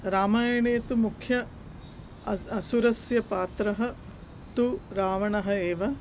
रामायणे तु मुख्य अस् असुरस्य पात्रः तु रावणः एव